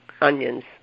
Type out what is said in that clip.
Onions